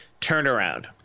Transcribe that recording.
turnaround